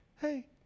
hey